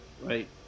right